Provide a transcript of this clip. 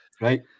right